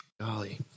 Golly